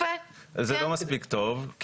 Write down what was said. זה לא מספיק טוב.